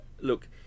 look